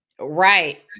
Right